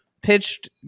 pitched